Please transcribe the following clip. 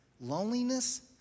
Loneliness